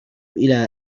إلى